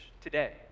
today